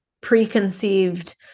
preconceived